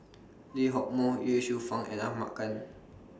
Lee Hock Moh Ye Shufang and Ahmad Khan